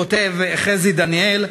כותב חזי דניאל,